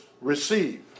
receive